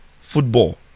football